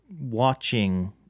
watching